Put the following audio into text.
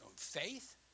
faith